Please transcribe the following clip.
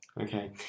Okay